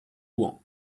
ouen